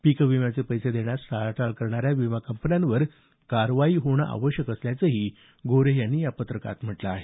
पीक विम्याचे पैसे देण्यास टाळाटाळ करणाऱ्या विमा कंपन्यावर कारवाई होणं आवश्यक असल्याचंही गोऱ्हे यांनी या पत्रात म्हटलं आहे